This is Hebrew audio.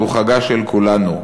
שהוא החג של כולנו.